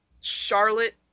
Charlotte